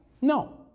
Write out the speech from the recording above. No